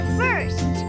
first